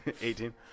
Eighteen